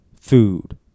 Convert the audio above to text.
food